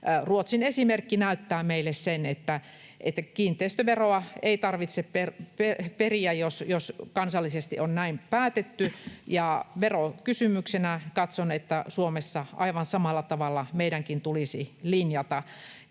Ruotsin esimerkki näyttää meille, että kiinteistöveroa ei tarvitse periä, jos kansallisesti on näin päätetty, ja katson, että tässä verokysymyksessä Suomessa aivan samalla tavalla meidänkin tulisi linjata.